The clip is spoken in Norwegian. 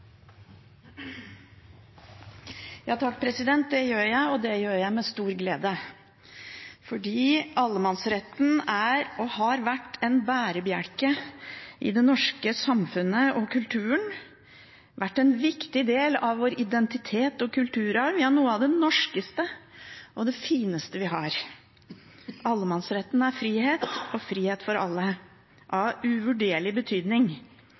er og har vært en bærebjelke i det norske samfunnet og i kulturen. Den har vært en viktig del av vår identitet og kulturarv, ja, noe av det norskeste og fineste vi har. Allemannsretten er frihet og frihet for alle, av uvurderlig betydning.